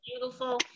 beautiful